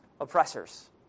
oppressors